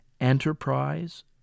enterprise